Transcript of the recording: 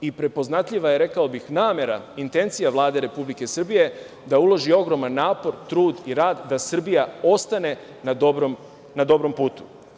Prepoznatljiva je, rekao bih, namera, intencija Vlade Republike Srbije da uloži ogroman napor, trud i rad da Srbija ostane na dobrom putu.